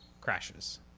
crashes